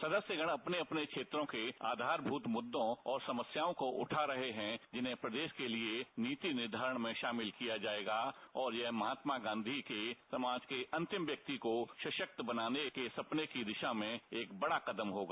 सदस्यगण अपने अपने क्षेत्रों के आधारभूत मुद्दों और समस्याओं को उग रहे हैं जिन्हें प्रदेश के लिए नीति निर्धारण में शामिल किया जायेगा और ये महात्मा गांधी के समाज के अंतिम व्यक्ति को सशक्त बनाने के सपने की दिशा में एक बड़ा कदम होगा